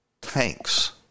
tanks